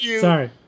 Sorry